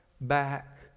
back